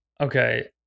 Okay